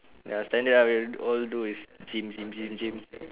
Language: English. ya standard ah we all do is gym gym gym gym